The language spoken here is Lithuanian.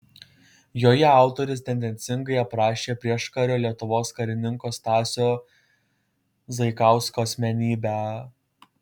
joje autorius tendencingai aprašė prieškario lietuvos karininko stasio zaikausko asmenybę